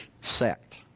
sect